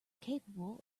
capable